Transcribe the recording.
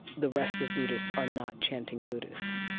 the rest of buddhists are not chanting buddhists,